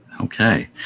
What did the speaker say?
Okay